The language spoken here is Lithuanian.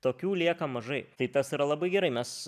tokių lieka mažai tai tas yra labai gerai mes